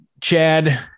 Chad